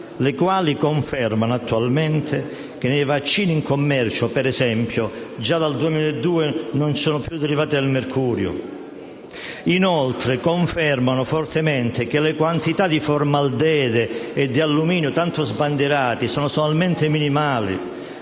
le quali confermano che attualmente nei vaccini in commercio, ad esempio, già dal 2002 non ci sono più derivati del mercurio. Inoltre, confermano fortemente che le quantità di formaldeide e di alluminio tanto sbandierate sono solamente minimali,